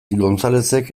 gonzalezek